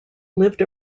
lived